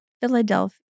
Philadelphia